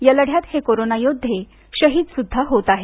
या लढ्यात हे कोरोना योद्धे शहिद सुद्धा होत आहेत